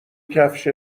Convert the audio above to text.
کفشت